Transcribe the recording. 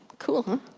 cool huh?